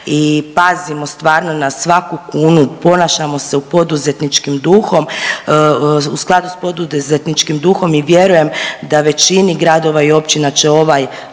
i pazimo stvarno na svaku kunu, ponašamo se u poduzetničkim duhom, u skladu s poduzetničkim duhom i vjerujem da većini gradova i općina će ovaj,